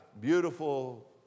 beautiful